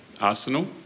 arsenal